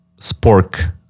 spork